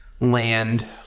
land